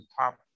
top